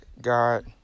God